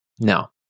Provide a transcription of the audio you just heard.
Now